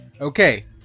Okay